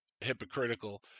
hypocritical